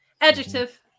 Adjective